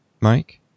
Mike